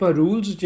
rules